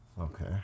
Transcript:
Okay